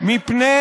מפני